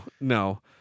no